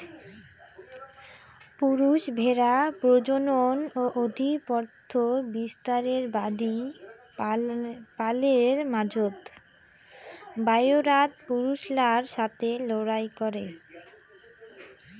পুরুষ ভ্যাড়া প্রজনন ও আধিপত্য বিস্তারের বাদী পালের মাঝোত, বায়রাত পুরুষলার সথে লড়াই করে